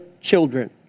children